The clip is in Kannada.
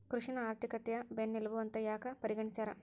ಕೃಷಿನ ಆರ್ಥಿಕತೆಯ ಬೆನ್ನೆಲುಬು ಅಂತ ಯಾಕ ಪರಿಗಣಿಸ್ಯಾರ?